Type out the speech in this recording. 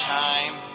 time